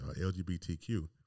LGBTQ